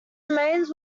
remains